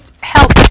help